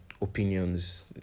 opinions